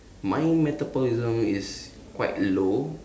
my metabolism is quite low